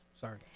Sorry